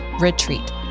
retreat